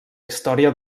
història